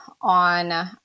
on